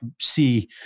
see